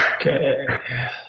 Okay